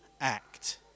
act